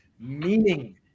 meaning